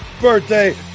birthday